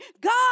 God